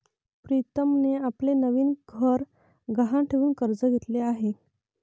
प्रीतमने आपले नवीन घर गहाण ठेवून कर्ज घेतले आहे